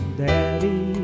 daddy